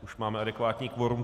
Už máme adekvátní fórum.